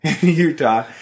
Utah